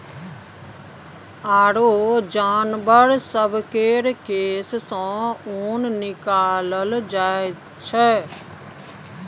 आरो जानबर सब केर केश सँ ऊन निकालल जाइ छै